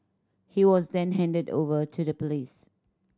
he was then handed over to the police